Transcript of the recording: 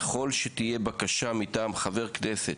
ככל שתהיה בקשה מטעם חבר כנסת,